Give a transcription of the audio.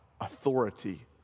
authority